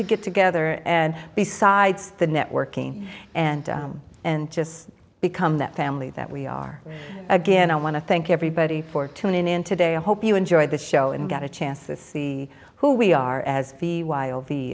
to get together and besides the networking and and just become that family that we are again i want to thank everybody for tuning in today i hope you enjoyed the show and get a chance to see who we are as the